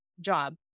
job